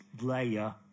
layer